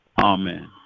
Amen